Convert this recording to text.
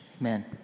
Amen